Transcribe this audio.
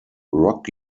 rock